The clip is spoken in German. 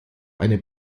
eine